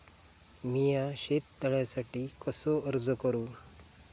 मीया शेत तळ्यासाठी कसो अर्ज करू?